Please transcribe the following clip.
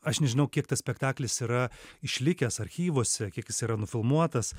aš nežinau kiek tas spektaklis yra išlikęs archyvuose kiek jis yra nufilmuotas